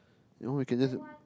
you want I can just